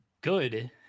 good